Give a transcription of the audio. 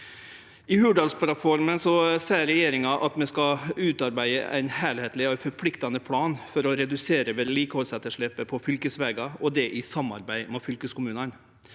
I Hurdalsplattforma seier regjeringa at vi skal utarbeide ein heilskapleg og forpliktande plan for å redusere vedlikehaldsetterslepet på fylkesvegar i samarbeid med fylkeskommunane.